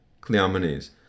Cleomenes